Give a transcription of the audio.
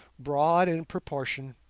broad in proportion,